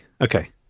Okay